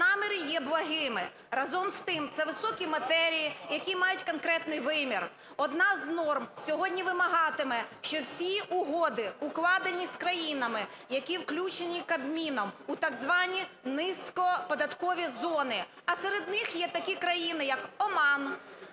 наміри є благими. Разом з тим це високі матерії, які мають конкретний вимір. Одна з норм сьогодні вимагатиме, що всі угоди, укладені з країнами, які включені Кабміном у так звані низькоподаткові зони. А серед них є такі країни як Оман,